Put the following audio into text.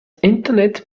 internet